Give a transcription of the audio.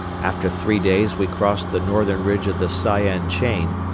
after three days we crossed the northern ridge of the sayan chain,